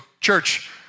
church